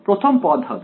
প্রথম পদ হবে